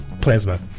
plasma